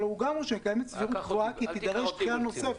אבל כבר נאמר שקיימת סבירות גבוהה כי תידרש דחייה נוספת.